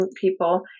people